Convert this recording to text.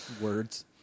Words